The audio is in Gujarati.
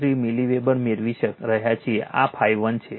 453 મિલીવેબર મેળવી રહ્યા છે આ ∅1 છે